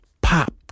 pop